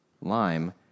lime